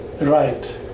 right